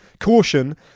caution